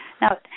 Now